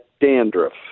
dandruff